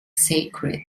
sacred